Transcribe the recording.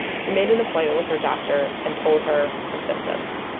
she made an appointment with her doctor and told her her symptoms.